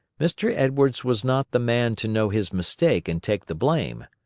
mr. edwards was not the man to know his mistake and take the blame.